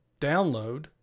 download